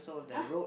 !huh!